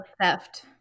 theft